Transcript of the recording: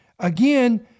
Again